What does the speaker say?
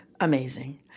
amazing